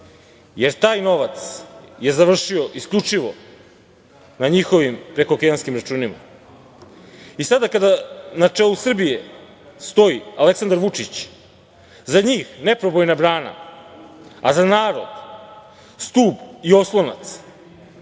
jer taj novac je završio isključivo na njihovim prekookeanskim računima. Sada kada na čelu Srbije stoji Aleksandar Vučić, za njih neprobojna brana, a za narod stub i oslonac,